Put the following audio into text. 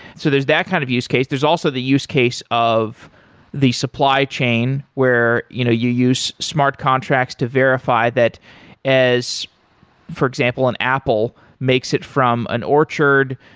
so there's that kind of use case. there's also the use case of the supply chain where you know, you use smart contracts to verify that as for example, an apple makes it from an orchard,